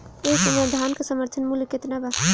एह समय धान क समर्थन मूल्य केतना बा?